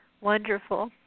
Wonderful